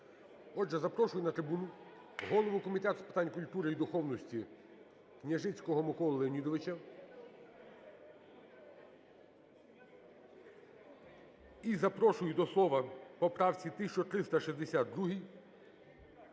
Отже, запрошую на трибуну голову Комітету з питань культури і духовності Княжицького Миколу Леонідовича. І запрошую до слова по правці 1362